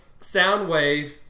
Soundwave